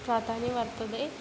प्राधान्यं वर्तते